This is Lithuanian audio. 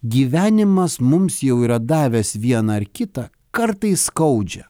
gyvenimas mums jau yra davęs vieną ar kitą kartais skaudžią